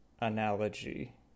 analogy